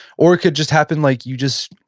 or it could just happen like you just,